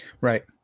Right